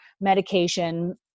medication